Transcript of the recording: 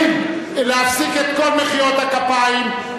להפסיק את כל מחיאות הכפיים,